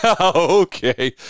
okay